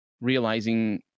realizing